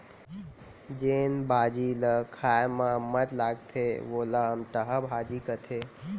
जेन भाजी ल खाए म अम्मठ लागथे वोला अमटहा भाजी कथें